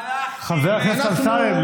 איך עלה פה בנט: הלכתי לרחל מהפלאפל בחדרה,